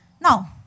Now